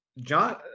John